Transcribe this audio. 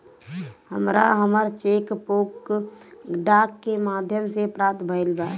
हमरा हमर cheque book डाक के माध्यम से प्राप्त भईल बा